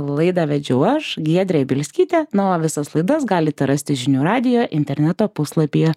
laidą vedžiau aš giedrė bielskytė na o visas laidas galite rasti žinių radijo interneto puslapyje